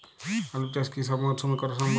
আলু চাষ কি সব মরশুমে করা সম্ভব?